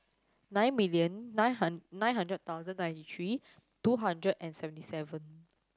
nine million nine nine hundred thousand ninety three two hundred and seventy seven